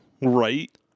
Right